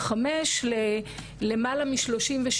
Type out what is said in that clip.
צריך בהחלט להציף את הסוגיה הזאת,